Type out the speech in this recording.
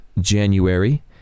January